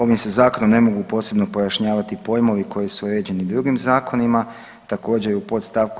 Ovim se Zakonom ne mogu posebno pojašnjavati pojmovi koji su uređeni drugim zakonima, također, i u podst.